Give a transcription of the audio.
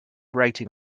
writing